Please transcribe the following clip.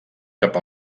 cap